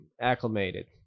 acclimated